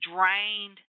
Drained